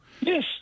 Yes